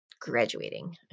graduating